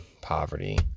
poverty